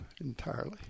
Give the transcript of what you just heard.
entirely